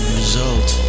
result